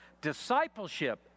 discipleship